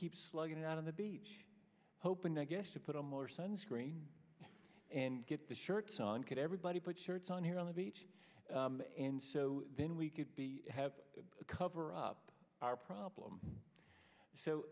keep slugging it out on the beach hoping i guess to put on more sunscreen and get the shirts on could everybody put shirts on here on the beach and so then we could be have to cover up our problem so